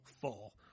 fall